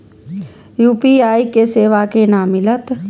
UPI के सेवा केना मिलत?